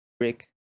rick